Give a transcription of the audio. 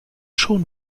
schon